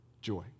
joy